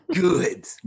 Good